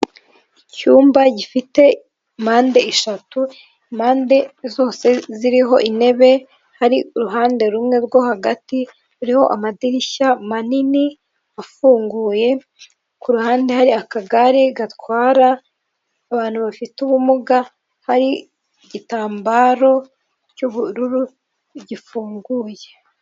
Icyumba gifite mpande eshatu, impande zose ziriho intebe, hari uruhande rumwe rwo hagati, hariho amadirishya manini afunguye, ku ruhande hari akagare gatwara abantu bafite ubumuga, hari igitambaro cy'ubururu gifunguye.